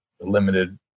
limited